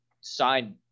signed